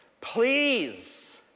please